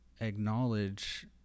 acknowledge